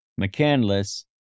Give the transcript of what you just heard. McCandless